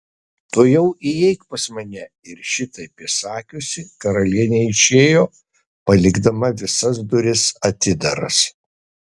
tuojau įeik pas mane ir šitaip įsakiusi karalienė išėjo palikdama visas duris atidaras